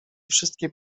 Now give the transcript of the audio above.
wszystkie